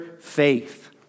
faith